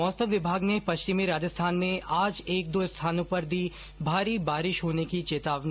मौसम विभाग ने पश्चिमी राजस्थान में आज एक दो स्थानों पर दी भारी बारिश होने की चेतावनी